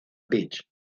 beach